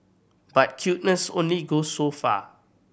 but cuteness only goes so far